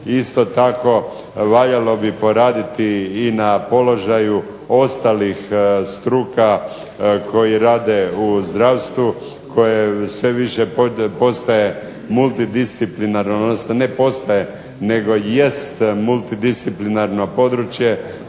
Isto tako, valjalo bi poraditi i na položaju ostalih struka koji rade u zdravstvu, koje sve više postaje multidisciplinaran, odnosno ne postaje nego jest multidisciplinarno područje